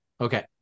okay